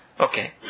Okay